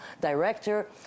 Director